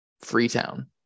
Freetown